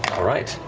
all right,